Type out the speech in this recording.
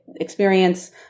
experience